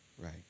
Right